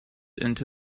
into